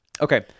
Okay